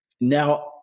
Now